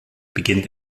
beginnt